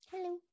hello